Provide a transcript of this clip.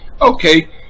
Okay